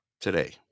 Today